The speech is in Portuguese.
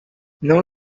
não